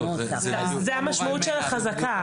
זה המשמעות של החזקה.